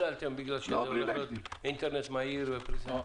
בגלל שהולך להיות אינטרנט מהיר ופריסה ארצית?